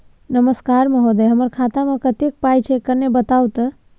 नमस्कार महोदय, हमर खाता मे कत्ते पाई छै किन्ने बताऊ त?